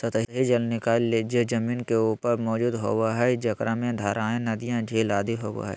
सतही जल निकाय जे जमीन के ऊपर मौजूद होबो हइ, जेकरा में धाराएँ, नदियाँ, झील आदि होबो हइ